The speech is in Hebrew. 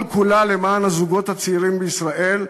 כל כולה למען הזוגות הצעירים בישראל,